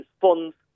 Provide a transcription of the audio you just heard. funds